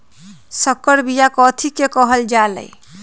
संकर बिया कथि के कहल जा लई?